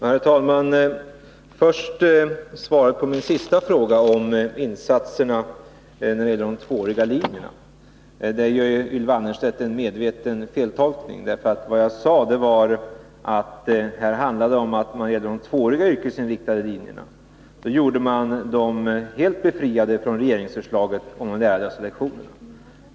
Herr talman! I sitt svar på min sista fråga om insatserna när det gäller de yrkesinriktade tvååriga linjerna gör Ylva Annerstedt en medveten feltolkning. Vad jag sade var att man gjorde de tvååriga yrkesinriktade linjerna helt befriade från regeringsförslaget om lärarlösa lektioner.